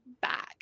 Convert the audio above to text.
back